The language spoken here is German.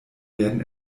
werden